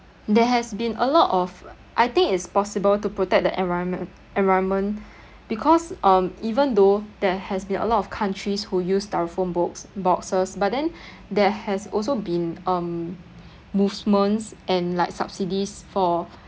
there has been a lot of I think it's possible to protect the environme~ environment because um even though there has been a lot of countries who use styrofoam bos~ boxes but then there has also been um movements and like subsidies for